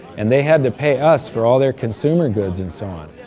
and they had to pay us for all their consumer goods and so on.